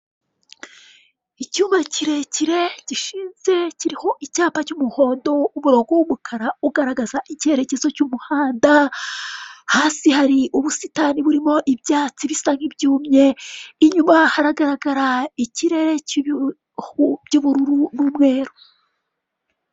Icyuma kirekire gishinze kiriho icyapa cy'umuhondo umurongo w'umukara ugaragza icyerekezo cy'umuhanda hasi hari ubusitani burimo ibyatsi bisa nkibyumye inyuma haragaragara ikirere k'ibihu by'ubururu n'umweru.